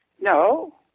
no